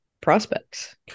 prospects